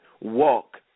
walk